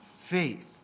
faith